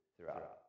throughout